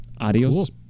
adios